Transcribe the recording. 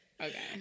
Okay